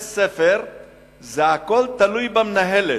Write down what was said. הכול תלוי במנהלת.